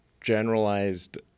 generalized